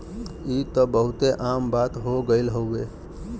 ई त बहुते आम बात हो गइल हउवे